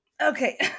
okay